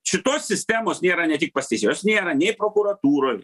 šitos sistemos nėra ne tik pas teisėjus jos nėra nei prokuratūroj